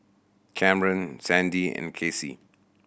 Kamren Sandie and Casey